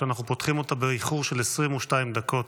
שאנחנו פותחים אותה באיחור של 22 דקות.